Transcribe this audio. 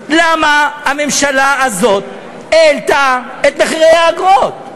למה הממשלה הזאת העלתה את סכומי האגרות?